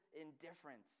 indifference